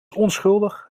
onschuldig